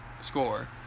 score